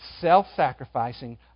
self-sacrificing